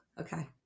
Okay